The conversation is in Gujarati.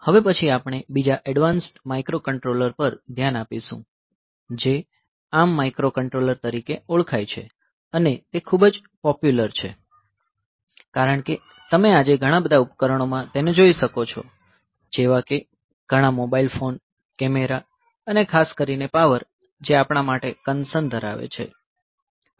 હવે પછી આપણે બીજા એડવાંસ્ડ માઇક્રોકન્ટ્રોલર પર ધ્યાન આપીશું જે ARM માઇક્રોકન્ટ્રોલર તરીકે ઓળખાય છે અને તે ખૂબ જ પોપ્યુલર છે કારણ કે તમે આજે ઘણા બધા ઉપકરણો માં તેને જોઈ શકો છો જેવાકે ઘણા મોબાઇલ ફોન કેમેરા અને ખાસ કરીને પાવર આપણાં માટે કન્સર્ન ધરાવે છે